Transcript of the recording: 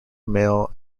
male